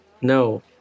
No